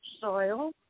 soil